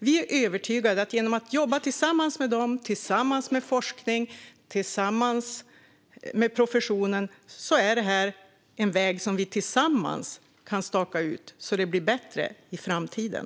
Vi är övertygade om att det här är en väg vi kan staka ut genom att jobba tillsammans och med personalen, med forskningen och med professionen, så att det blir bättre i framtiden.